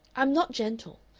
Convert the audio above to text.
i'm not gentle.